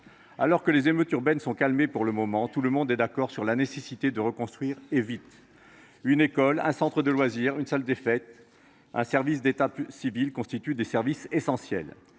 Alors que les émeutes urbaines sont calmées pour le moment, tout le monde est d’accord sur la nécessité de reconstruire, et vite ! Une école, un centre de loisirs, une salle des fêtes ou un service d’état civil constituent des services essentiels.